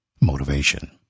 Motivation